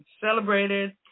celebrated